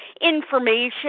information